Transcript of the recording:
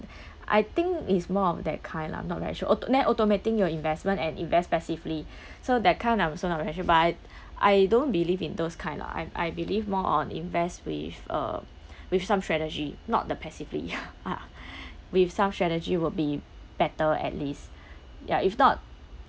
I think it's more of that kind lah I'm not very sure oh ne~ automating your investment and invest passively so that kind I'm also not very sure but I don't believe in those kind lah I'm I believe more on invest with uh with some strategy not the passively ya with some strategy will be better at least ya if not